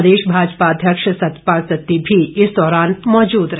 प्रदेश भाजपा अध्यक्ष सतपाल सत्ती भी इस दौरान मौजूद रहे